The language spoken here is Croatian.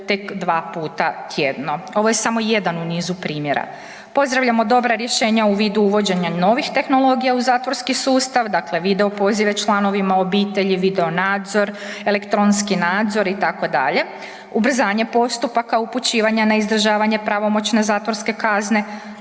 tek dva puta tjedno. Ovo je samo jedan u nizu primjera. Pozdravljamo dobra rješenja u vidu uvođenja novih tehnologija u zatvorskih sustav, dakle video pozive članovima obitelji, video nadzor, elektronski nadzor itd., ubrzanje postupaka, upućivanja na izdržavanje pravomoćne zatvorske kazne,